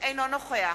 אינו נוכח